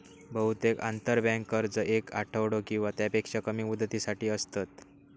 बहुतेक आंतरबँक कर्ज येक आठवडो किंवा त्यापेक्षा कमी मुदतीसाठी असतत